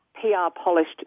PR-polished